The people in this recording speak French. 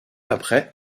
après